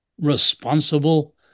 responsible